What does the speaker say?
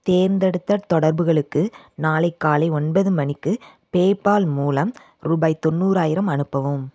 தேர்ந்தெடுத்த தொடர்புகளுக்கு நாளை காலை ஒன்பது மணிக்கு பேபால் மூலம் ரூபாய் தொண்ணூறாயிரம் அனுப்பவும்